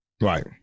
right